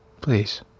Please